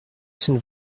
seen